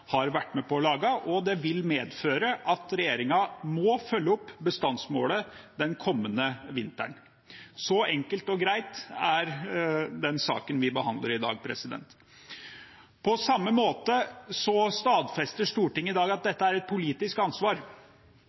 har vært med på å lage, og det vil medføre at regjeringen må følge opp bestandsmålet den kommende vinteren. Så enkel og grei er den saken vi behandler i dag. På samme måte stadfester Stortinget i dag at dette er et politisk ansvar.